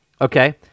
okay